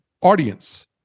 audience